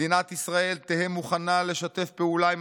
מדינת ישראל תהא מוכנה לשתף פעולה עם